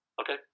Okay